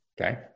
Okay